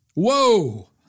Whoa